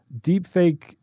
deepfake